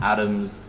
Adams